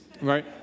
right